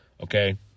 Okay